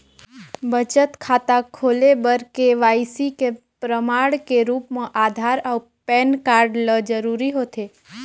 बचत खाता खोले बर के.वाइ.सी के प्रमाण के रूप म आधार अऊ पैन कार्ड ल जरूरी होथे